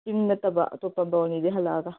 ꯆꯤꯡ ꯅꯠꯇꯕ ꯑꯇꯣꯞꯄ ꯕꯥꯔꯨꯅꯤꯗꯒꯤ ꯍꯜꯂꯛꯑꯒ